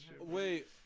Wait